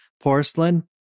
porcelain